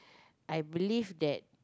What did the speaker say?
I believe that